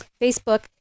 Facebook